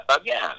again